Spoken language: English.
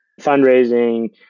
fundraising